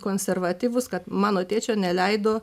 konservatyvūs kad mano tėčio neleido